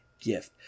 gift